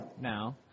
now